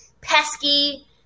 Pesky